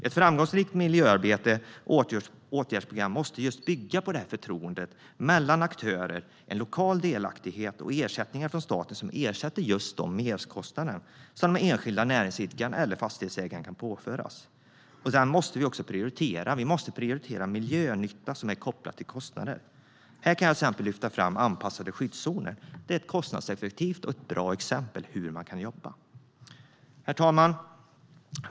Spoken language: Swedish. Ett framgångsrikt miljöarbete och åtgärdsprogram måste bygga just på detta förtroende mellan aktörer, en lokal delaktighet och ersättningar från staten för de merkostnader som den enskilde näringsidkaren eller fastighetsägaren kan påföras. Vi måste också prioritera; vi måste prioritera miljönytta som är kopplat till kostnader. Här kan jag lyfta fram anpassade skyddszoner som ett kostnadseffektivt och bra exempel på hur man kan jobba. Herr talman!